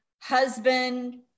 husband